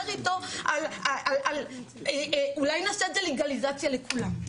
איתו על: אולי נעשה את זה לגלי לכולם.